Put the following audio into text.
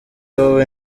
wowe